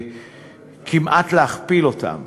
כמעט להכפיל אותם